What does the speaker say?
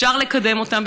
אפשר לקדם אותם.